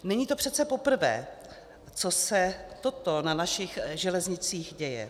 Není to přece poprvé, co se toto na našich železnicích děje.